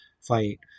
fight